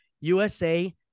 USA